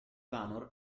vanur